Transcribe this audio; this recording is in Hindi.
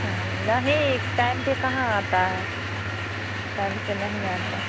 नहीं टाइम पर कहाँ आता है टाइम से नहीं आता